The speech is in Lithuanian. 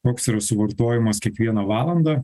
koks yra suvartojimas kiekvieną valandą